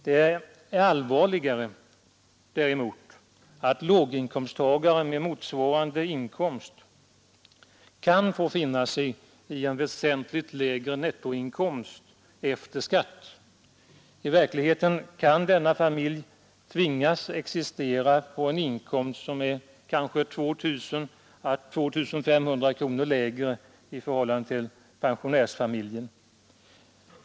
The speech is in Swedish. Det allvarliga är däremot att en låginkomsttagare med motsvarande inkomst kan få finna sig i en väsentligt lägre nettoinkomst efter skatt. I verkligheten kan en sådan familj tvingas att existera på en inkomst som är 2 000 å 2 500 kronor lägre än den tidigare nämnda pensionärsfamiljens.